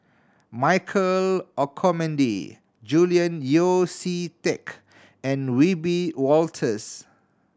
Michael Olcomendy Julian Yeo See Teck and Wiebe Wolters